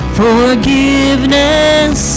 forgiveness